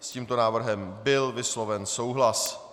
S tímto návrhem byl vysloven souhlas.